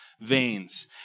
veins